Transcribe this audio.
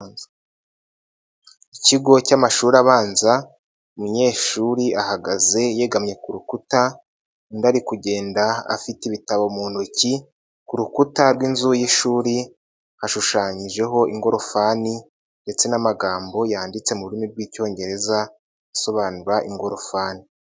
Ikigo cy'amashuri abanza umunyeshuri ahagaze yegamye ku rukuta undi ari kugenda afite ibitabo mu ntoki, ku rukuta rw'inzu y'ishuri hashushanyijeho ingorofani ndetse n'amagambo yanditse mu rurimi rw'Icyongereza asobanura ingorofani.